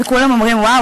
וכולם אומרים: וואו,